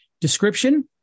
description